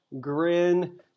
grin